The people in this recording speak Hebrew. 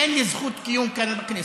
אין לי זכות קיום כאן בכנסת.